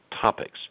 topics